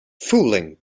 fooling